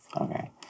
Okay